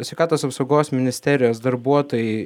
sveikatos apsaugos ministerijos darbuotojai